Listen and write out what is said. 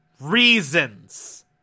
Reasons